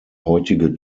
heutige